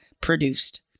produced